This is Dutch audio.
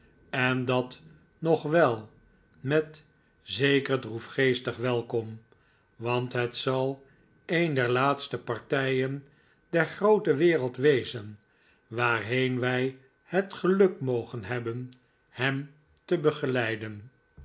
en dat nog wel met een zeker droefgeestig welkom want het zal een der laatste partijen der groote wereld wezen waarheen wij het geluk mogen hebben hem te begeleiden